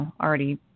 already